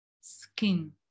skin